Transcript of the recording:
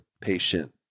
patient